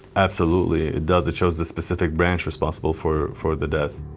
absolutely, it does. it shows the specific branch responsible for for the death.